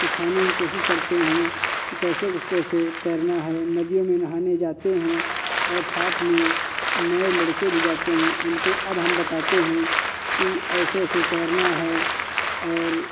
सिखाने की कोशिश करते हैं कि कैसे कैसे तैरना है नदियों में नहाने जाते हैं और साथ में नए लड़के भी जाते हैं उनको अब हम बताते हैं कि ऐसे ऐसे तैरना है और